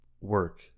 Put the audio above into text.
work